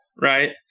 right